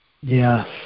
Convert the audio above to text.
Yes